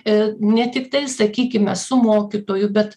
ir ne tiktai sakykime su mokytoju bet